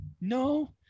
No